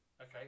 Okay